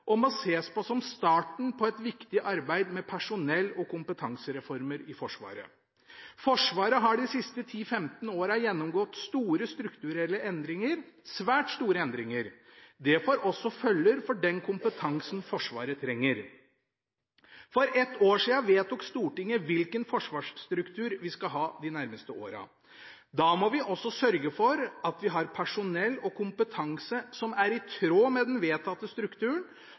og må ses på som starten på et viktig arbeid med personell- og kompetansereformer i Forsvaret. Forsvaret har de siste 10–15 årene gjennomgått store strukturelle endringer – svært store endringer. Det får også følger for den kompetansen Forsvaret trenger. For ett år siden vedtok Stortinget hvilken forsvarsstruktur vi skal ha de nærmeste årene. Da må vi også sørge for at vi har personell og kompetanse som er i tråd med den vedtatte strukturen,